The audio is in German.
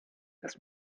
dass